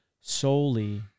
solely